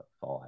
five